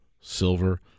silver